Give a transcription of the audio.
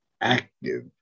active